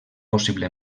possible